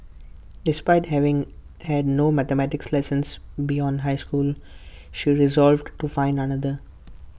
despite having had no mathematics lessons beyond high school she resolved to find another